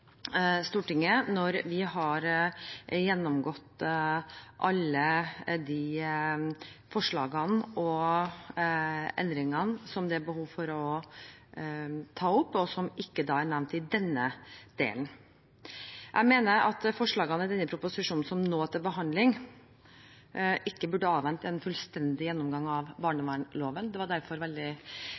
Stortinget når vi har gjennomgått alle de forslagene og endringene som det er behov for å ta opp, og som ikke er nevnt i denne delen. Jeg mener forslagene i denne proposisjonen som nå er til behandling, ikke burde avvente en fullstendig gjennomgang av barnevernsloven. Det var derfor veldig